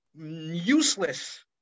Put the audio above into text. useless